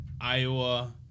Iowa